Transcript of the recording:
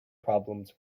problems